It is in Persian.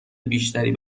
بیشتری